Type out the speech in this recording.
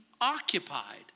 occupied